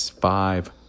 Five